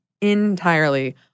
entirely